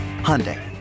Hyundai